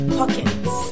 pockets